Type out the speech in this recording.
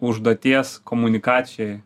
užduoties komunikacijoj